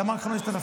למה רק 5,000?